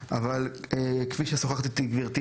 אפשר להתקדם לסעיף 5?